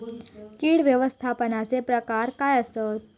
कीड व्यवस्थापनाचे प्रकार काय आसत?